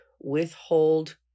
withhold